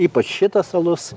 ypač šitas alus